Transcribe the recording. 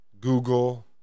Google